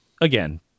again